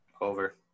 Over